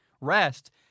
rest